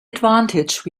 advantage